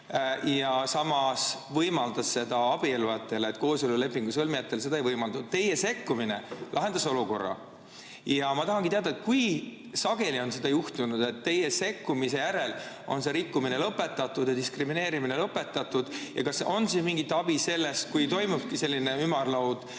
samas võimaldas seda abiellujatele, aga kooselulepingu sõlmijatele ei võimaldanud. Teie sekkumine lahendas olukorra. Ma tahangi teada, kui sageli on seda juhtunud, et teie sekkumise järel on rikkumine ja diskrimineerimine lõpetatud ja kas on siin mingit abi sellest, kui toimub selline ümarlaud.